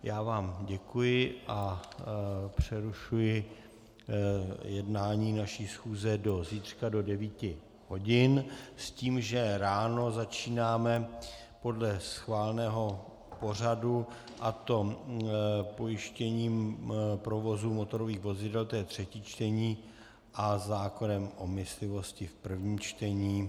Já vám děkuji a přerušuji jednání naší schůze do zítřka do 9 hodin s tím, že ráno začínáme podle schváleného pořadu, a to pojištěním provozu motorových vozidel, to je třetí čtení, a zákonem o myslivosti v prvním čtení.